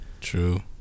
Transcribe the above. true